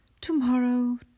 tomorrow